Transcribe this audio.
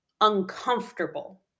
uncomfortable